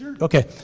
Okay